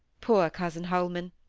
poor cousin holman!